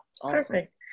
Perfect